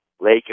lake